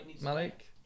Malik